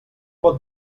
pot